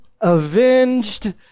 avenged